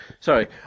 Sorry